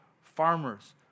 farmers